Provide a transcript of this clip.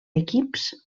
equips